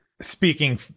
speaking